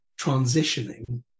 transitioning